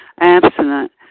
abstinent